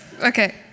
Okay